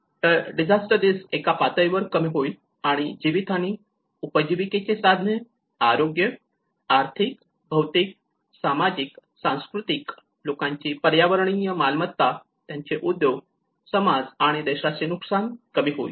तर disaster risk एका पातळीवर कमी होईल आणि जीवित हानी उपजीविकेची साधने आरोग्य आर्थिक भौतिक सामाजिक सांस्कृतिक लोकांची पर्यावरणीय मालमत्ता त्यांचे उद्योग समाज आणि देशाचे नुकसान कमी होईल